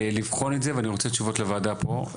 לבחון את זה ואני רוצה תשובות לוועדה פה.